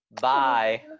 Bye